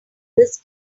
this